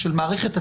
של מערכת הצדק,